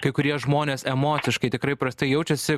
kai kurie žmonės emociškai tikrai prastai jaučiasi